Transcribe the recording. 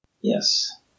Yes